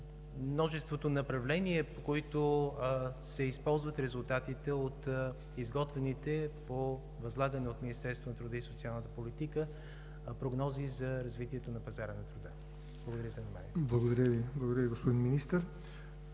множеството направления, по които се използват резултатите от изготвените по възлагани от Министерството на труда и социалната политика прогнози за развитието на пазара на труда. Благодаря за вниманието. ПРЕДСЕДАТЕЛ ЯВОР НОТЕВ: Благодаря Ви, господин Министър.